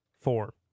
Four